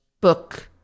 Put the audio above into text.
book